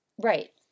Right